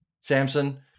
Samson